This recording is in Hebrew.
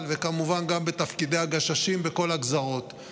וכמובן גם בתפקידי הגששים בכל הגזרות.